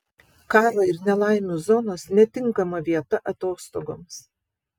karo ir nelaimių zonos netinkama vieta atostogoms